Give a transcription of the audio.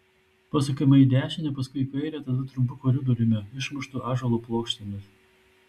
pasukame į dešinę paskui į kairę tada trumpu koridoriumi išmuštu ąžuolo plokštėmis